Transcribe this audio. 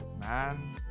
man